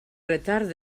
retard